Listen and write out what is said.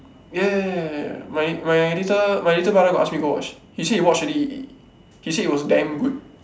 ya ya ya my my little my little brother got ask me to go watch he said he watch already he said it was damn good